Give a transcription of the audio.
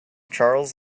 charles